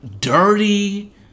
dirty